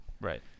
Right